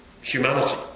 humanity